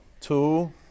two